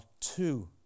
two